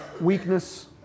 weakness